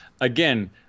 again